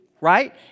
right